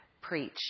preach